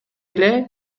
эле